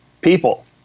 people